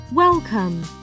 Welcome